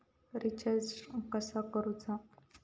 Recharge कसा करूचा?